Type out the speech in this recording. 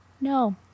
no